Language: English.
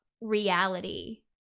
reality